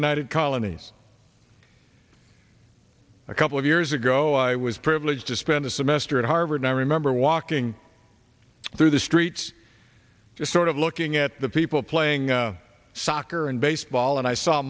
united colonies a couple of years ago i was privileged to spend a semester at harvard i remember walking through the streets just sort of looking at the people playing soccer and baseball and i saw a